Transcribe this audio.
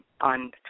on